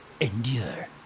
endure